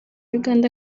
uganda